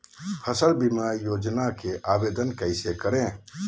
फसल बीमा योजना के लिए आवेदन कैसे करें?